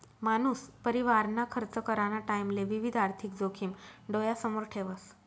मानूस परिवारना खर्च कराना टाईमले विविध आर्थिक जोखिम डोयासमोर ठेवस